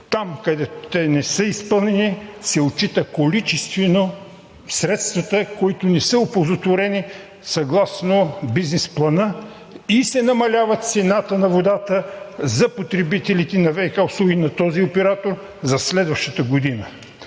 Там, където те не са изпълнени, се отчита количествено средствата, които не са оползотворени съгласно бизнес плана и се намалява цената на водата за потребителите на ВиК услуги на този оператор за следващата година.